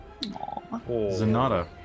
Zanata